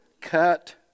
cut